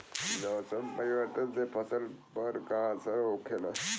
मौसम परिवर्तन से फसल पर का असर होखेला?